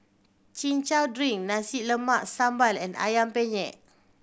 Chin Chow drink Nasi Goreng Sambal and Ayam Penyet